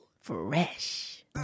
Fresh